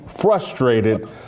frustrated